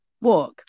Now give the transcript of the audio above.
walk